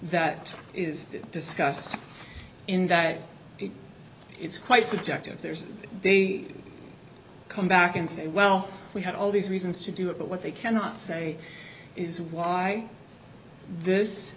that is discussed in that it's quite subjective there's they come back and say well we had all these reasons to do it but what they cannot say is why this